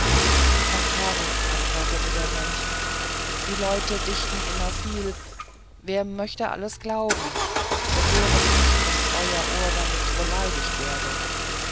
ach herr antwortete der mönch die leute dichten immer viel wer möchte alles glauben begehret nicht daß euer ohr damit beleidigt werde